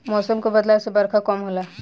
मौसम के बदलाव से बरखा कम होला